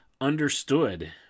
understood